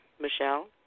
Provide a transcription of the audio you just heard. Michelle